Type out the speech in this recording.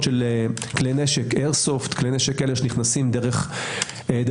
של כלי נשק אייר סופט שנכנסים דרך נתב"ג,